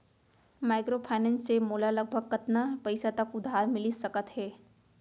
Microfinance से मोला लगभग कतना पइसा तक उधार मिलिस सकत हे?